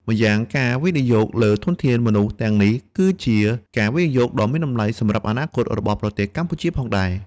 ម្យ៉ាងការវិនិយោគលើធនធានមនុស្សទាំងនេះ គឺជាការវិនិយោគដ៏មានតម្លៃសម្រាប់អនាគតរបស់ប្រទេសកម្ពុជាផងដែរ។